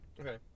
Okay